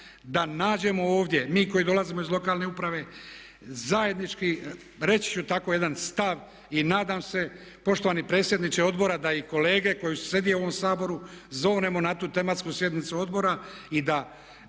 da nađemo ovdje, mi koji dolazimo iz lokalne uprave zajednički, reći ću tako jedan stav. I nadam se poštovani predsjedniče odbora da i kolege koje sjede u ovom Saboru zovnemo na tu tematsku sjednicu odbora i da